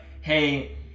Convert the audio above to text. hey